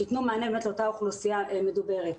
שייתנו מענה לאותה אוכלוסייה מדוברת.